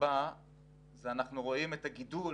אנחנו רואים את הגידול